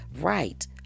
right